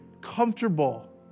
comfortable